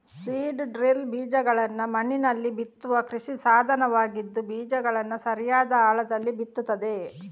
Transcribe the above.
seed drill ಬೀಜಗಳನ್ನ ಮಣ್ಣಿನಲ್ಲಿ ಬಿತ್ತುವ ಕೃಷಿ ಸಾಧನವಾಗಿದ್ದು ಬೀಜಗಳನ್ನ ಸರಿಯಾದ ಆಳದಲ್ಲಿ ಬಿತ್ತುತ್ತದೆ